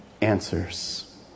answers